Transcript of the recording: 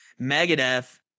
Megadeth